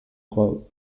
quote